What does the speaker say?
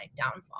downfall